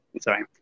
sorry